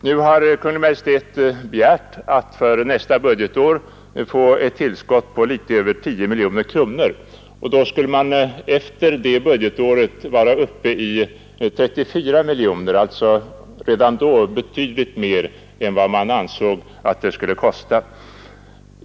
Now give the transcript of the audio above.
Nu har det för nästa budgetår begärts ett tillskott på något över 10 miljoner kronor, och efter det budgetåret är vi alltså uppe i 34 miljoner, dvs. redan vid den tidpunkten betydligt mer än vad man räknat med att reformen skulle kosta.